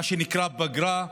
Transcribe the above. מה שנקרא פגרה,